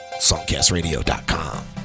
songcastradio.com